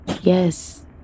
Yes